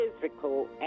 physical